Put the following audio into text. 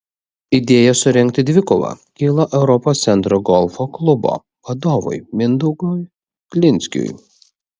idėja surengti dvikovą kilo europos centro golfo klubo vadovui mindaugui glinskiui